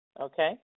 Okay